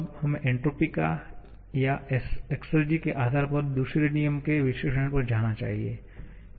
अब हमें एन्ट्रापी या एक्सेरजी के आधार पर दूसरे नियम के विश्लेषण पर जाना चाहिए